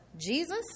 Jesus